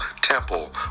temple